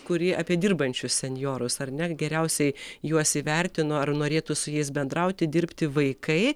kurie apie dirbančius senjorus ar ne geriausiai juos įvertino ar norėtų su jais bendrauti dirbti vaikai